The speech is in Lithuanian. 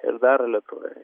ir daro lietuvoj